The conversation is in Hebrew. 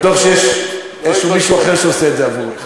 אני בטוח שיש מישהו אחר שעושה את זה עבורך.